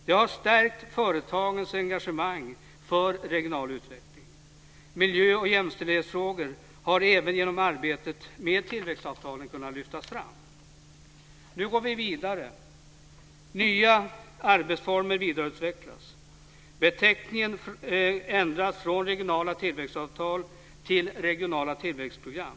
Det har stärkt företagens engagemang för regional utveckling. Även miljö och jämställdhetsfrågor har kunnat lyftas fram genom arbetet med tillväxtavtalen. Nu går vi vidare. Nya arbetsformer utvecklas. Beteckningen ändras från regionala tillväxtavtal till regionala tillväxtprogram.